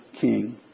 king